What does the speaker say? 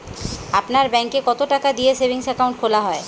আপনার ব্যাংকে কতো টাকা দিয়ে সেভিংস অ্যাকাউন্ট খোলা হয়?